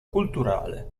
culturale